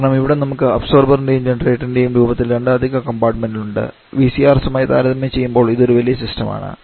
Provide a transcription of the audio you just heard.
കാരണം ഇവിടെ നമുക്ക് അബ്സോർബറിന്റെയും ജനറേറ്ററിന്റെയും രൂപത്തിൽ രണ്ട് അധിക കമ്പാർട്ടുമെന്റുകളുണ്ട് VCRS ആയി താരതമ്യം ചെയ്യുമ്പോൾ ഇതൊരു ഒരു വലിയ സിസ്റ്റം ആണ്